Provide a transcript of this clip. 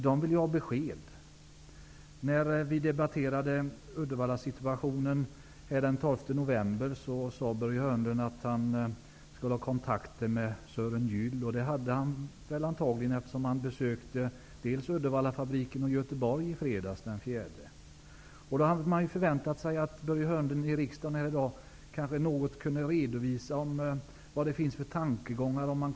När vi den 12 november debatterade situationen i Uddevalla sade Börje Hörnlund att han skulle ha kontakter med Sören Gyll. Det hade han antagligen, eftersom han besökte december. Man hade förväntat sig att Börje Hörnlund i riksdagen här i dag något skulle kunna redovisa vilka tankegångar som finns.